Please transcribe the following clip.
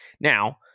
Now